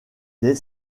des